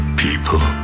people